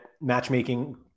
matchmaking